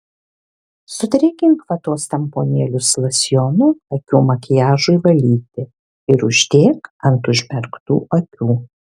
sudrėkink vatos tamponėlius losjonu akių makiažui valyti ir uždėk ant užmerktų akių